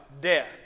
death